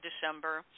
December